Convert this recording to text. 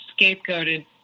scapegoated